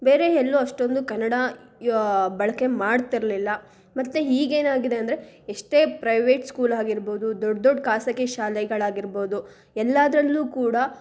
ಬೇರೆ ಎಲ್ಲೂ ಅಷ್ಟೊಂದು ಕನ್ನಡ ಯ ಬಳಕೆ ಮಾಡ್ತಿರಲಿಲ್ಲ ಮತ್ತು ಈಗೇನಾಗಿದೆ ಅಂದರೆ ಎಷ್ಟೇ ಪ್ರೈವೇಟ್ ಸ್ಕೂಲ್ ಆಗಿರ್ಬೋದು ದೊಡ್ಡ ದೊಡ್ಡ ಖಾಸಗಿ ಶಾಲೆಗಳಾಗಿರ್ಬೋದು ಎಲ್ಲಾದರಲ್ಲೂ ಕೂಡ